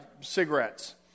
cigarettes